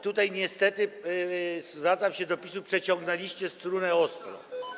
Tutaj niestety, zwracam się do PiS-u, przeciągnęliście strunę ostro.